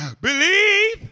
believe